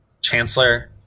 Chancellor